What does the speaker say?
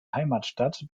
heimatstadt